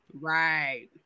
Right